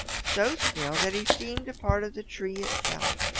so still that he seemed a part of the tree itself.